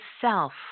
self